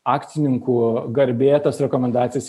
akcininkų garbė tas rekomendacijas